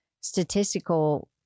statistical